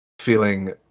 Feeling